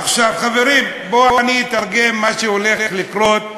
עכשיו, חברים, בואו אני אתרגם מה שהולך לקרות,